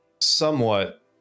Somewhat